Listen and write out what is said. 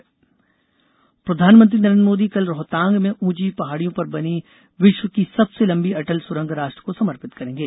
मोदी अटल सुरंग प्रधानमंत्री नरेन्द्र कल रोहतांग में ऊंची पहाड़ियों पर बनी विश्व की सबसे लंबी अटल सुरंग राष्ट्र को समर्पित करेंगे